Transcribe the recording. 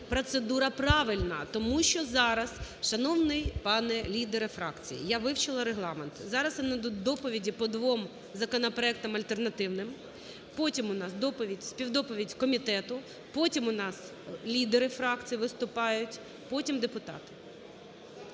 Процедура правильна, тому що зараз, шановний пане лідере фракції, я вивчила Регламент, зараз ідуть доповіді по двом законопроектам альтернативним, потім у нас доповідь… співдоповідь комітету, потім у нас лідери фракцій виступають, потім – депутати.